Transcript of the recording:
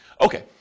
Okay